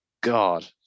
God